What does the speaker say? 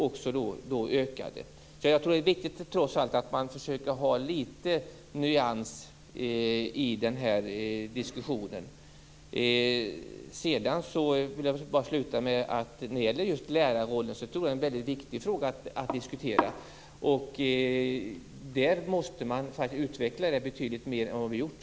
Jag tror att det är viktigt att man försöker ha litet nyans i den här diskussionen. Jag vill sluta med att säga att jag tror lärarrollen är en mycket viktig fråga att diskutera. Den måste vi utveckla betydligt mer än vad vi har gjort.